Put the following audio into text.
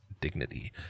dignity